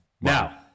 Now